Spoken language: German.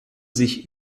sich